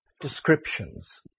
descriptions